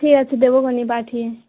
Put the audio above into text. ঠিক আছে দেবোখন পাঠিয়ে